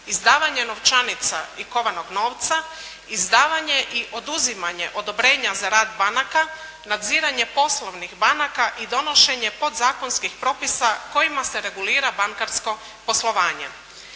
izdavanje novčanica i kovanog novca, izdavanje i oduzimanje odobrenja za rad banaka, nadziranje poslovnih banaka i donošenje podzakonskih propisa kojima se regulira bankarsko poslovanje.